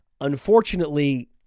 Unfortunately